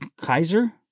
Kaiser